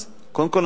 קודם כול,